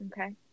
Okay